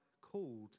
called